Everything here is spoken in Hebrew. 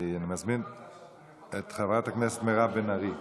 אני מזמין את חברת הכנסת מירב בן ארי.